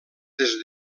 des